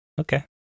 okay